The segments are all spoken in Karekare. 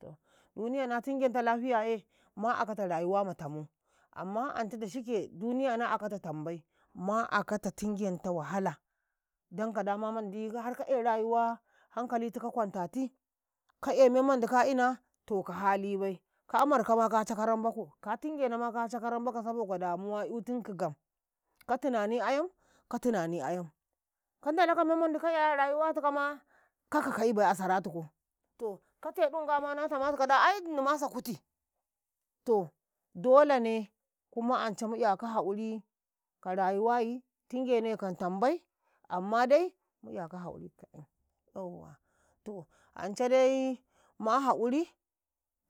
﻿ton duniyay na tingenta lafiyaye ma'akata rayuwa ma tam, amma anca dashike duniya na akata tambai ma akata tingenta wahala, don ka dama mandi ka harkale rayuwa hankalitika tiɗe ka kwanta ti ka e memmandi ka ina to ka halibai, ka markama ka cakaran bako, ka tingenama ka cakaram bako, saboda damuwa ka tingenama ka cakaram bako, saboka damuwa eutinki gam, ka tani ayam, ka tani ayam kan ndala ka memmandi ka'e a rayuwa tukama kaka ka'ibai a saratuko, to ka teɗun ngama na tamatukau ai inimma sa kuti, to dolane kuma anca mu'yaka ha'uri ka rayuwayi, tinaenaikam tambai, amma dai mu'yaka haquri ka yan yawwa, to anca dai ma ha'uri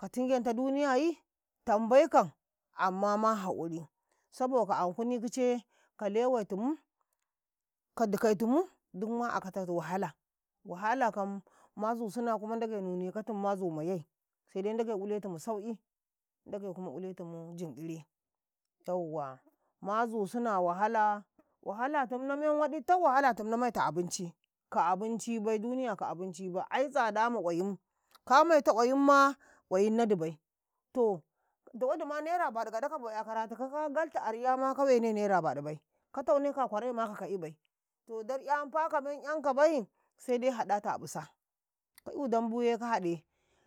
ka tingenta duniyayi, tambaikam, amma ma ha'uri, saboka ankuni kice, ka lewaitum ka dikaitum dumma akata wahala, wahala kam mazusine amma ndagai nune katum ma zu mayay, seden ndagai uletumu sau'i ndagai kuma uce tumu jiniri, yauwa mazu sina wahala, wahala tum na men waɗi tak, wahala tum na maita abinci, ka a abinci bai, duniya ka waɗa bai, ai tsadama qwayimi ka maita awayimma, qwayim nadibai to, dowodi nera ɓaɗu gaɗan takaka bo 'yakaratikau, ka galtu a riyama ka wane naira baɗubai, ka tauneka a kwaraima ka ka'ibai, to dar eyan fa ka men 'yankabai sede haɗa taƃ sa ka'eu dambu ye ka haɗe.